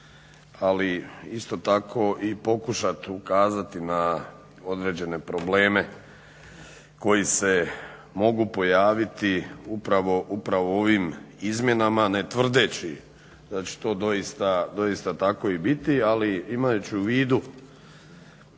ali isto tako i pokušati ukazati na određene probleme koji se mogu pojaviti upravo u ovim izmjenama ne tvrdeći da će to doista tako i biti. Ali imajući u vidu